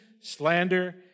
slander